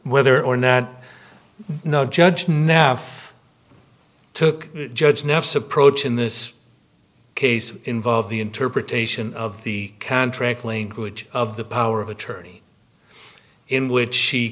whether or not no judge now took the judge nervous approach in this case involved the interpretation of the contract language of the power of attorney in which she